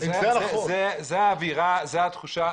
זאת האווירה וזאת התחושה.